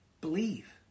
Believe